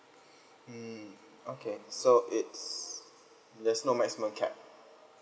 mm okay so it's there's no maximum cap